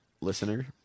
listener